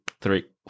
three